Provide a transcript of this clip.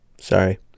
sorry